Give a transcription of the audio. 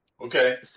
Okay